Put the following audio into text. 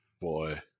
Boy